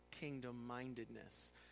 kingdom-mindedness